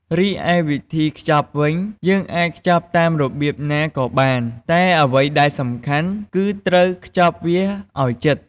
រីឯវិធីវេចខ្ចប់វិញ យើងអាចខ្ចប់តាមរបៀបណាក៏បាន តែអ្វីដែលសំខាន់គឺត្រូវខ្ចប់វាឲ្យជិត។